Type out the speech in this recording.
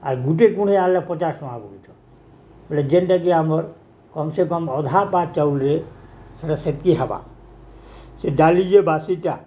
ଆର୍ ଗୁଟେ କୁଡ଼ୁଆ ଆଣିଲେ ପଚାଶ ଟଙ୍କା ବୋଲୁଛ ବୋଲେ ଯେନ୍ଟାକି ଆମର୍ କମ୍ ସେ କମ୍ ଅଧା ପା ଚାଉଲରେ ସେଇଟା ସେତିକି ହେବା ସେ ଡାଲି ଯିଏ ବାସିଟା